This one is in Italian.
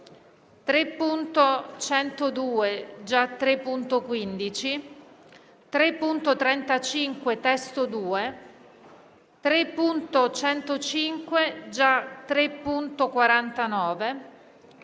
3.102 (già 3.15), 3.35 (testo 2), 3.105 (già 3.49),